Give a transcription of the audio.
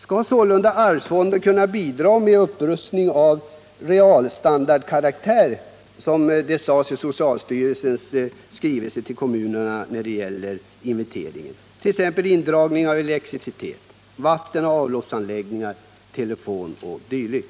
Skall alltså arvsfonden kunna bidra med upprustning av realstandardkaraktär, som det sades i socialstyrel sens skrivelse till kommunerna beträffande inventeringen, t.ex. indragning av elektricetet, vattenoch avloppsanläggningar, telefon o. d.?